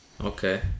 Okay